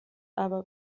aber